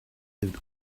lived